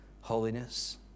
holiness